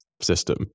system